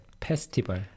Festival